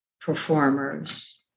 performers